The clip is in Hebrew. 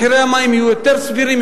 מחירי המים יהיו יותר סבירים,